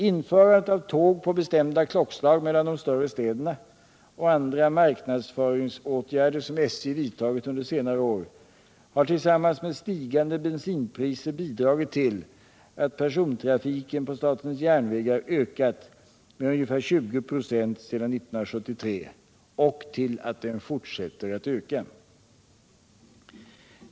Införandet av tåg på bestämda klockslag mellan de större städerna och andra marknadsföringsåtgärder, som SJ vidtagit under senare år, har tillsammans med stigande bensinpriser bidragit till att persontrafiken på SJ ökat med ungefär 20 96 sedan 1973 och till att den fortsätter att öka.